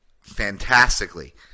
fantastically